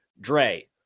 Dre